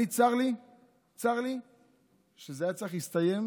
צר לי שזה היה צריך להסתיים